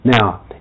Now